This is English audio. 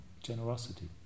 generosity